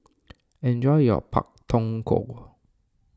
enjoy your Pak Thong Ko